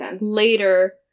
later